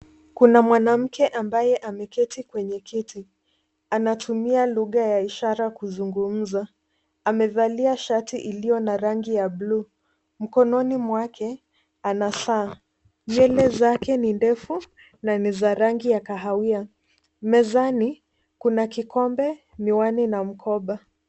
Kuna mwanamke ambaye ameketi kwenye kiti. Anatumia lugha ya ishara kuzungumza. Amevalia shati iliyo na rangi ya bluu. Mkononi mwake anasaa. Nywele zake ni ndefu na ni za rangi ya kahawia. Mezani kuna kikombe, miwani na mkoba.